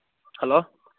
hello